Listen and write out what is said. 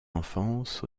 enfance